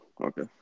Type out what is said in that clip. Okay